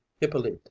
Hippolyte